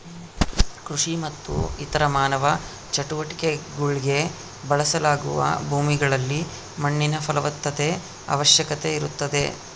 ಕೃಷಿ ಮತ್ತು ಇತರ ಮಾನವ ಚಟುವಟಿಕೆಗುಳ್ಗೆ ಬಳಸಲಾಗುವ ಭೂಮಿಗಳಲ್ಲಿ ಮಣ್ಣಿನ ಫಲವತ್ತತೆಯ ಅವಶ್ಯಕತೆ ಇರುತ್ತದೆ